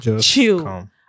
chill